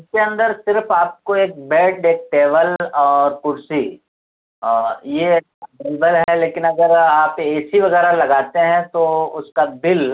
اس کے اندر صرف آپ کو ایک بیڈ ایک ٹیبل اور کرسی اور یہ ایک ہے لیکن اگر آپ اے سی وغیرہ لگاتے ہیں تو اس کا بل